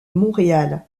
montréal